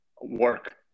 work